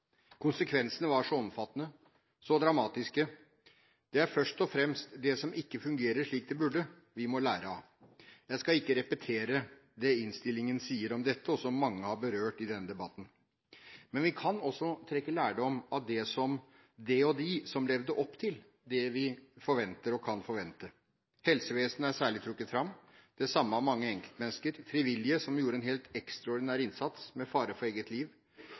så dramatiske. Det er først og fremst det som ikke fungerer slik det burde, vi må lære av. Jeg skal ikke repetere det innstillingen sier om dette, og som mange har berørt i denne debatten. Men vi kan også trekke lærdom av det og de som levde opp til det vi forventer og kan forvente. Helsevesenet er særlig trukket fram. Det samme er mange enkeltmennesker – frivillige som gjorde en helt ekstraordinær innsats, med fare for eget liv.